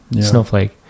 snowflake